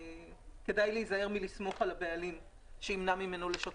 שכדאי להיזהר מלסמוך על הבעלים שימנע ממנו לשוטט,